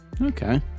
Okay